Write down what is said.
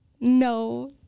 No